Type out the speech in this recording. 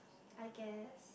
I guess